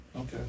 Okay